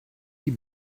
die